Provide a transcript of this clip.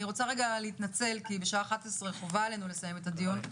אני רוצה רגע להתנצל כי בשעה 11:00 חובה עלינו לסיים את הדיון,